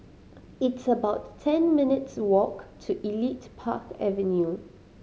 it's about ten minutes' walk to Elite Park Avenue